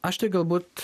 aš tai galbūt